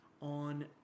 on